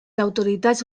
autoritats